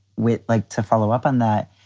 would like to follow up on that,